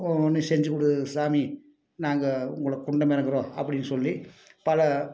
ஒ உட்னே செஞ்சு குடு சாமி நாங்கள் உங்களுக்கு குண்டம் இறங்குறோம் அப்படின்னு சொல்லி பல